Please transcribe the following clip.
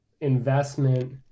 investment